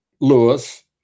Lewis